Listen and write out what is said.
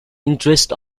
interests